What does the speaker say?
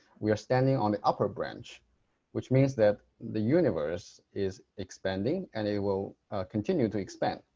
we are standing on the upper branch which means that the universe is expanding and it will continue to expand.